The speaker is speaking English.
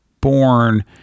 born